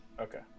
Okay